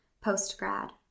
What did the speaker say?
post-grad